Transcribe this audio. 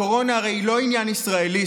הקורונה הרי היא לא עניין ישראלי,